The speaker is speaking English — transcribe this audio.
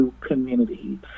community